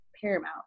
paramount